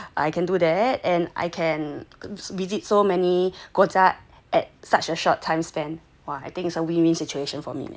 so I can do that and I can visit so many 国家 at at such a short time span !wah! I think it's a win win situation for me leh